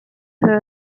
her